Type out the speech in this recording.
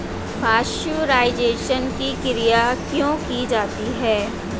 Pasteurisation की क्रिया क्यों की जाती है?